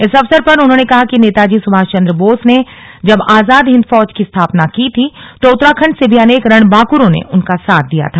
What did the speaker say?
इस अवसर पर उन्होंने कहा कि नेताजी सुभाष चन्द्र बोस ने जब आजाद हिन्द फौज की स्थापना की थी तो उत्तराखण्ड से भी अनेक रणबांकुरों ने उनका साथ दिया था